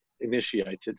initiated